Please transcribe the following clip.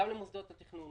גם למוסדות התכנון,